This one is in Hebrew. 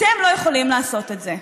אתם לא יכולים לעשות את זה.